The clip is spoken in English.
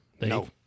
No